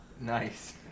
Nice